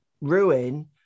ruin